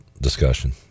discussion